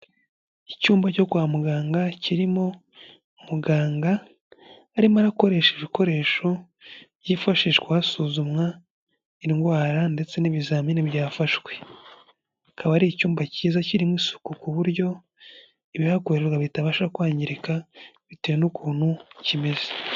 Icyumba cyo kwa muganga kirimo muganga arimo arakoresha ibikoresho byifashishwa hasuzumwa indwara ndetse n'ibizamini byafashwe, akaba ari icyumba cyiza kirimo isuku ku buryo ibihakorerwa bitabasha kwangirika bitewe n'ukuntu kimeze.